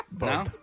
No